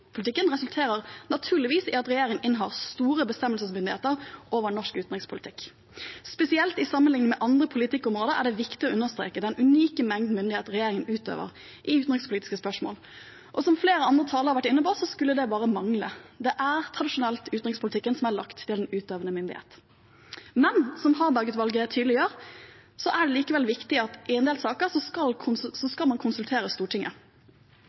resulterer naturligvis i at regjeringen innehar store bestemmelsesmyndigheter over norsk utenrikspolitikk. Spesielt i sammenligning med andre politikkområder er det viktig å understreke den unike mengden myndighet regjeringen utøver i utenrikspolitiske spørsmål. Som flere andre talere har vært inne på, skulle det bare mangle. Det er tradisjonelt utenrikspolitikken som er lagt til den utøvende myndighet. Som Harberg-utvalget tydeliggjør, er det likevel viktig at man i en del saker skal